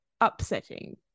upsetting